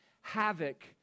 havoc